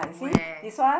where